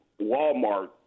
Walmart